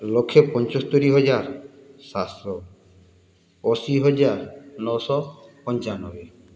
ଲକ୍ଷେ ପଞ୍ଚସ୍ତରୀହଜାର ସାତଶହ ଅଶୀହଜାର ନଅଶହପଞ୍ଚାନବେ